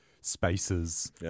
Spaces